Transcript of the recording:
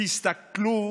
תסתכלו